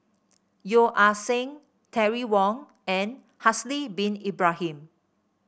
Yeo Ah Seng Terry Wong and Haslir Bin Ibrahim